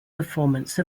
performance